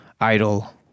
idol